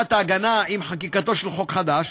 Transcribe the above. תקופת ההגנה עם חקיקתו של חוק חדש,